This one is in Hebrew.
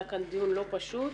היה כאן דיון לא פשוט,